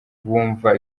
bumva